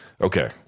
okay